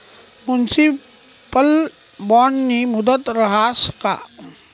Municipal बॉन्डनी मुदत रहास का?